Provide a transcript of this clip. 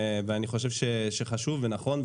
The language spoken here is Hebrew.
ואני חושב שזה חשוב ונכון,